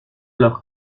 leurs